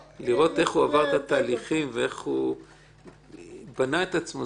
לראות איך הוא עבר את התהליכים ואיך הוא בנה את עצמו,